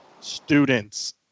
students